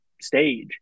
stage